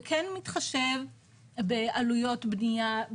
זה כן מתחשב בעלויות בנייה.